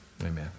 amen